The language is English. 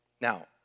Now